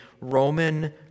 Roman